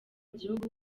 gihugu